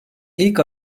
ilk